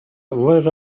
lit